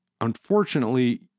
unfortunately